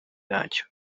yacyo